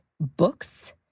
books